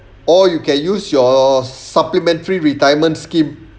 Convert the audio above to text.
or you can use your supplementary retirement scheme